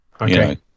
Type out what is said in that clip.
okay